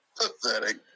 Pathetic